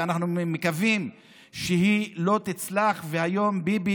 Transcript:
ואנחנו מקווים שהיא לא תצלח והיום ביבי